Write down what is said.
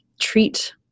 treat